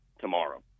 tomorrow